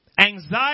Anxiety